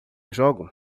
jogo